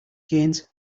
gains